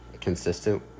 consistent